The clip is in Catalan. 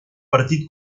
partit